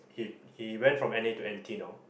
he he went from N_A to N_T now